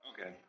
Okay